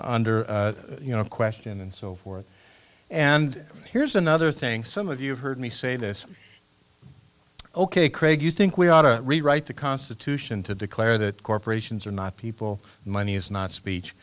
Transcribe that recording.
under you know question and so forth and here's another thing some of you heard me say this ok craig you think we ought to rewrite the constitution to declare that corporations are not people money is not speech